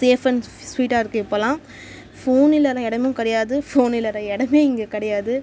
safe and ஸ்வீட்டாக இருக்குது இப்போல்லாம் ஃபோன் இல்லாத இடமும் கிடையாது ஃபோன் இல்லாத இடமே இங்கே கிடையாது